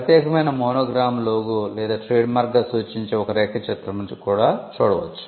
ప్రత్యేకమైన monogram logo లేదా trademark గా సూచించే ఒక రేఖ చిత్రంను కూడా వాడవచ్చు